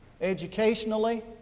Educationally